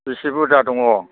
बिसे बुरजा दङ